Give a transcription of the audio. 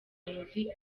melodie